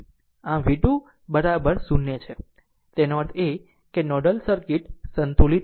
આમ v 2 બરાબર 0 છે તેનો અર્થ એ કે નોડલ સર્કિટ સંતુલિત છે